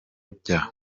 bya